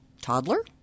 toddler